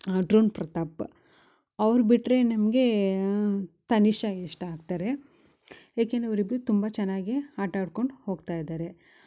drone Prathap ಅವ್ರ ಬಿಟ್ಟರೆ ನಮಗೆ ತನಿಷ ಇಷ್ಟ ಆಗ್ತಾರೆ ಏಕೆಂದರೆ ಅವ್ರ ಇಬ್ಬರು ತುಂಬ ಚೆನ್ನಾಗಿ ಆಟ ಆಡ್ಕೊಂಡು ಹೋಗ್ತಾಯಿದ್ದಾರೆ